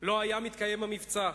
לא היה מתקיים המבצע,